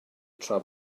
tra